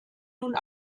nun